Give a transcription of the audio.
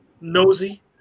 nosy